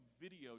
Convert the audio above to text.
video